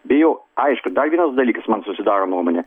bijo aišku dar vienas dalykas man susidaro nuomonė